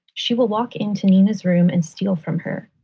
she will walk into nina's room and steal from her.